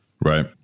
right